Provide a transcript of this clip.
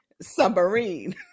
submarine